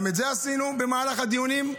גם את זה עשינו במהלך הדיונים,